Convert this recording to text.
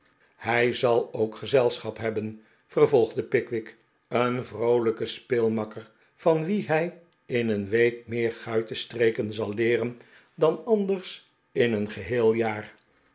hij zal ook gezelschap hebben vervolde pickwick een vroolijken speelmakker van wien hij in een week meer guitenstreken zal leeren dan anders in een geheel jaar